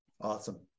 Awesome